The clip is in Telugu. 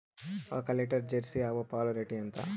ఒక లీటర్ జెర్సీ ఆవు పాలు రేటు ఎంత?